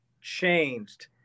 changed